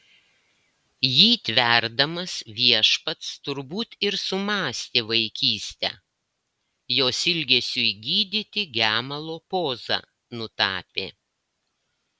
jį tverdamas viešpats turbūt ir sumąstė vaikystę jos ilgesiui gydyti gemalo pozą nutapė